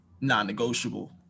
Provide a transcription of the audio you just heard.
non-negotiable